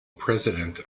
president